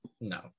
No